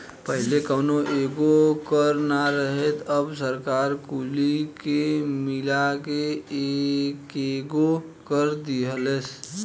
पहिले कौनो एगो कर ना रहे अब सरकार कुली के मिला के एकेगो कर दीहलस